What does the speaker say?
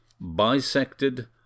Bisected